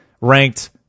ranked